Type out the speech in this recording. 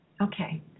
Okay